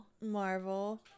Marvel